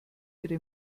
ihre